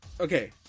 Okay